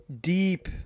Deep